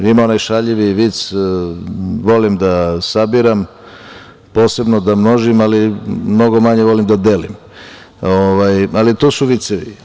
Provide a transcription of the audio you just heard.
Ima onaj šaljivi vic – volim da sabiram, posebno da množim, ali mnogo manje volim da delim, ali to su vicevi.